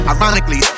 Ironically